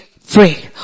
free